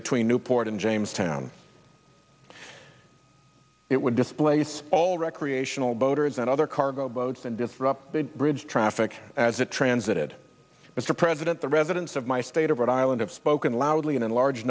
between newport and jamestown it would displace all recreational boaters and other cargo boats and disrupt the bridge traffic as it transited mr president the residents of my state of rhode island have spoken loudly and in large